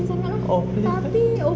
oh please ah